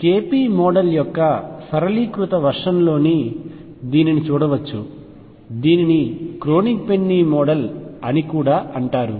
KP model యొక్క సరళీకృత వెర్షన్లో దీనిని చూడవచ్చు దీనిని క్రోనిగ్ పెన్నీ మోడల్ అని కూడా అంటారు